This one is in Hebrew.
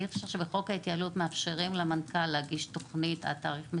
אי אפשר שבחוק ההתייעלות מאפשרים למנכ"ל להגיש תכנית עד תאריך מסוים,